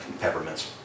peppermints